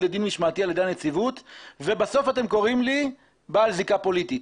לדין משמעתי על ידי הנציבות ובסוף אתם קוראים לי בעל זיקה פוליטית.